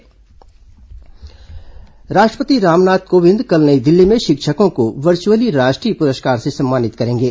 शिक्षक सम्मान राष्ट्रपति रामनाथ कोविंद कल नई दिल्ली में शिक्षकों को वर्चुअली राष्ट्रीय पुरस्कार से सम्मानित करेंगे